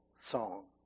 song